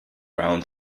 round